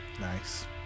nice